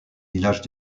villages